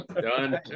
Done